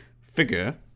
figure